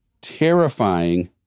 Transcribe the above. terrifying